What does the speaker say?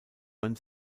man